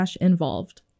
involved